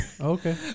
Okay